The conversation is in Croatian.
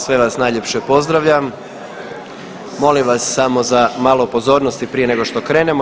Sve vas najljepše pozdravljam, molim vas samo za malo pozornosti prije nego što krenemo.